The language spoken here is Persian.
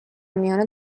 میان